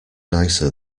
nicer